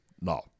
No